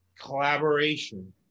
collaboration